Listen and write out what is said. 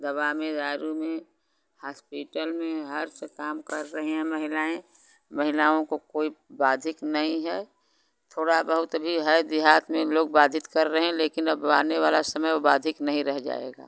दवा में दारू में हास्पिटल में हर से काम कर रही हैं महिलाएँ महिलाओं को कोई बाधिक नहीं है थोड़ा बहुत भी है दिहात में लोग बाधित कर रहे हैं लेकिन अब आने वाला समय वो बाधिक नहीं रहे जाएगा